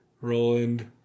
Roland